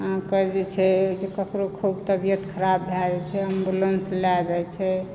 अहाँकेॅं जे छै जे ककरो खूब तबियत खराब भय जाइ छै एम्बुलन्स लय जाइ छै